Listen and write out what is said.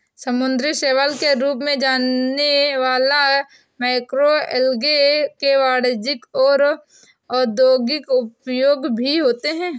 समुद्री शैवाल के रूप में जाने वाला मैक्रोएल्गे के वाणिज्यिक और औद्योगिक उपयोग भी होते हैं